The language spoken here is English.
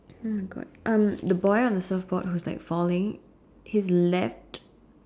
!oh-my-god! um the boy on the surfboard who's like falling his left